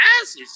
asses